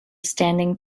standing